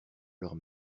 leurs